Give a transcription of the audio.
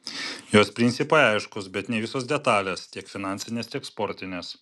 jos principai aiškūs bet ne visos detalės tiek finansinės tiek sportinės